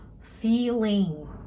feeling